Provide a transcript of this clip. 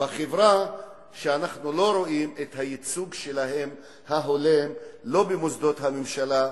בחברה שאנחנו לא רואים את הייצוג ההולם שלהם לא במוסדות הממשלה,